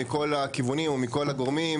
מכל הכיוונים ומכל הגורמים,